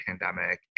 pandemic